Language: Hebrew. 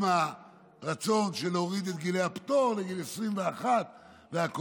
ברצון להוריד את גיל הפטור לגיל 21 והכול,